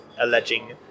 alleging